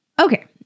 Okay